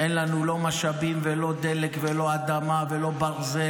אין לנו לא משאבים ולא דלק ולא אדמה ולא ברזל